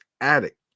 Attic